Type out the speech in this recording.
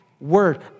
Word